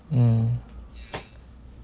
mm